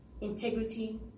integrity